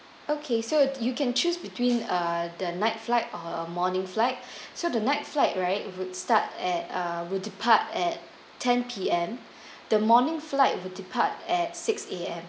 okay so you can choose between uh the night flight or a morning flight so the night flight right would start at err will depart at ten P_M the morning flight will depart at six A_M